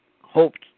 hoped